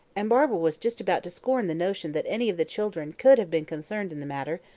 and barbara was just about to scorn the notion that any of the children could have been concerned in the matter,